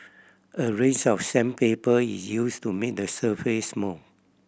a range of sandpaper is used to make the surface smooth